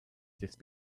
these